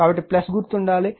కాబట్టి గుర్తు ఉండాలి